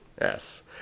Yes